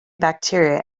bacteria